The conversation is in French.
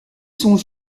sont